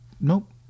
nope